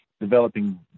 developing